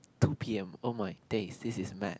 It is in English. two p_m oh my days this is mad